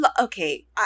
okay